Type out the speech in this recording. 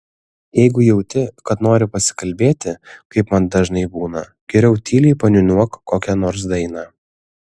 jeigu jauti kad nori pasikalbėti kaip man dažnai būna geriau tyliai paniūniuok kokią nors dainą